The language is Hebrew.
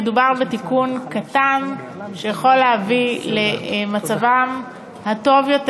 מדובר בתיקון קטן שיכול להביא למצב טוב יותר,